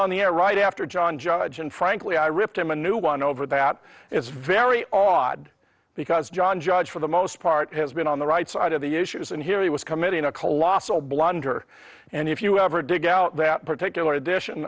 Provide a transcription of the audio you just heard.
on the air right after john judge and frankly i ripped him a new one over that it's very odd because john judge for the most part has been on the right side of the issues and here he was committing a colossal blunder and if you ever dig out that particular edition